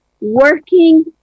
working